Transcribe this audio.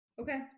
Okay